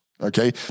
okay